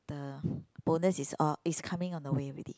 the bonus is all is coming on the way already